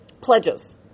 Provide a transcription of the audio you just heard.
pledges